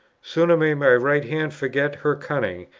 sooner may my right hand forget her cunning,